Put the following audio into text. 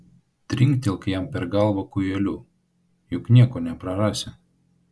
trinktelk jam per galvą kūjeliu juk nieko neprarasi